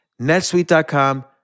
netsuite.com